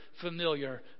familiar